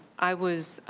i was